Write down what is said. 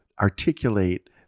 articulate